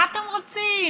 מה אתם רוצים,